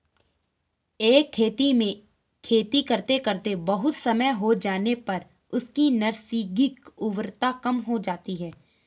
एक खेत में खेती करते करते बहुत समय हो जाने पर उसकी नैसर्गिक उर्वरता कम हो जाती है